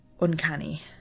uncanny